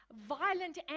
violent